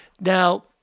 Now